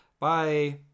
Bye